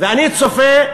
ואני צופה,